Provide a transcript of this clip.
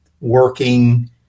working